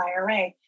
IRA